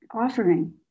offering